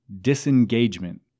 disengagement